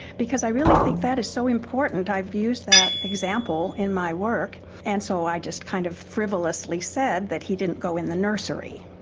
because i really think that is so important. i have used that example in my work and so i just kind of frivolously said that he didn't go in the nursery,